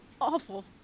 awful